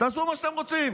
תעשו מה שאתם רוצים.